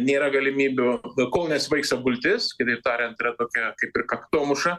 nėra galimybių kol nesibaigs apgultis kitaip tariant yra tokia kaip ir kaktomuša